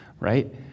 right